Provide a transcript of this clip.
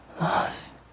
love